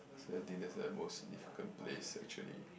so I think that's the most significant place actually